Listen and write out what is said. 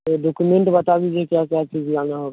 तो डॉकुमेंट बता दीजिए क्या क्या चीज़ लाना होगा